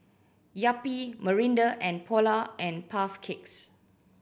Yupi Mirinda and Polar and Puff Cakes